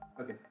Okay